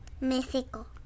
Mexico